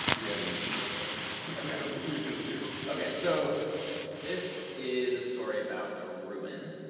yeah, you should just start because i don't know who you're going to do okay, so this is a story about a ruin.